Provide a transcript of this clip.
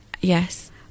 Yes